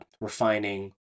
refining